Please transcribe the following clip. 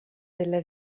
della